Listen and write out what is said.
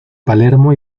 palermo